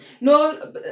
no